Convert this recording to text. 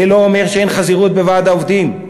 זה לא אומר שאין חזירות בוועד העובדים,